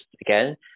again